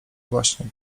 właśnie